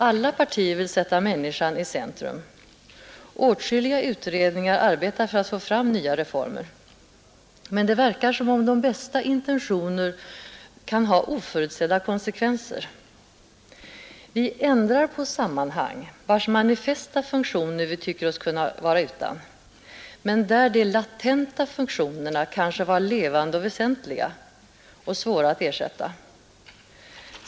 Alla partier vill sätta människan i centrum. Åtskilliga utredningar arbetar för att få fram nya reformer. Men det verkar som om de bästa intentioner kan ha oförutsedda konsekvenser. Vi ändrar på sammanhang, vars manifesta funktioner vi tycker oss kunna vara utan, men där de latenta funktionerna kanske var levande och väsentliga och svåra att ersätta.